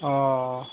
অঁ